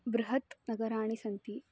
बृहन्नगराणि सन्ति